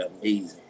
amazing